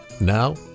Now